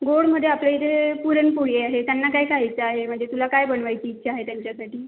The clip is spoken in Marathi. गोडामध्ये आपल्या इथे पुरणपोळी आहे त्यांना काय खायचं आहे म्हणजे तुला काय बनवायची इच्छा आहे त्यांच्यासाठी